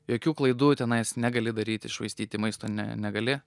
jokių klaidų tenais negali daryti švaistyti maisto ne negali